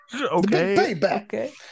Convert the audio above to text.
Okay